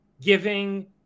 giving